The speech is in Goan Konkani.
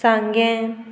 सांगें